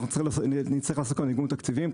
אנחנו נצטרך לעשות כאן עיגון תקציבים.